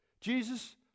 Jesus